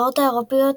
הנבחרות האירופיות,